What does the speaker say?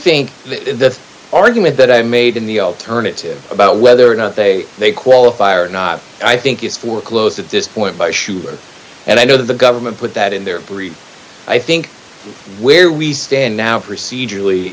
think the argument that i made in the alternative about whether or not they they qualify or not i think is foreclosed at this point by shooting and i know that the government put that in there i think where we stand now procedur